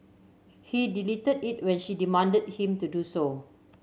he deleted it when she demanded him to do so